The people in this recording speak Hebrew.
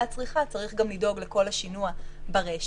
הצריכה צריך גם לדאוג לכל השינוע ברשת.